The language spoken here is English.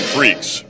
Freaks